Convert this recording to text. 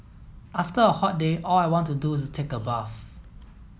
after a hot day all I want to do is take a bath